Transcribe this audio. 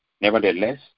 Nevertheless